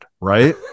right